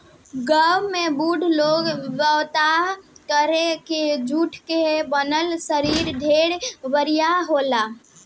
गांव के बुढ़ लोग बतावत रहे की जुट के बनल रसरी ढेर बरियार होला